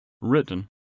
written